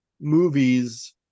movies